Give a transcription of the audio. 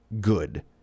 good